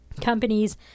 Companies